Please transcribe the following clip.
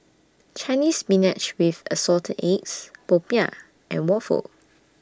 Chinese Spinach with Assorted Eggs Popiah and Waffle